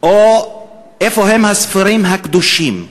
או איפה הם הספרים הקדושים,